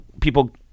people